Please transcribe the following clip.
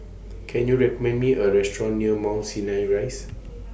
Can YOU recommend Me A Restaurant near Mount Sinai Rise